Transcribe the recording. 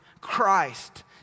Christ